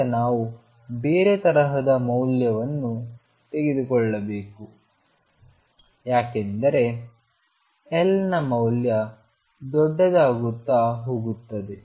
ಈಗ ನಾವು ಬೇರೆ ತರಹದ ಮೌಲ್ಯವನ್ನು ತೆಗೆದುಕೊಳ್ಳಬೇಕು ಯಾಕೆಂದರೆ Lನ ಮೌಲ್ಯ ದೊಡ್ಡದಾಗುತ್ತಾ ಹೋಗುತ್ತದೆ